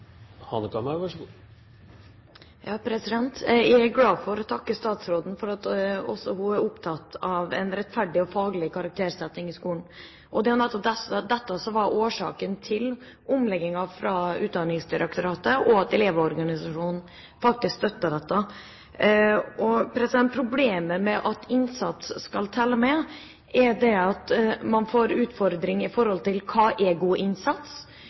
statsråden for at også hun er opptatt av en rettferdig og faglig karaktersetting i skolen. Det er nettopp dette som var årsaken til omleggingen fra Utdanningsdirektoratet og at elevorganisasjonen faktisk støttet dette. Problemet med at innsats skal telle med, er at man får utfordringer: Hva er god innsats? Hvor mye skal den vektlegges i karaktergivningen? Hvor mye skal det bety i forhold til